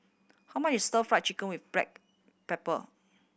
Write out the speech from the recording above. how much is Stir Fried Chicken with black pepper